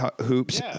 Hoops